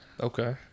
Okay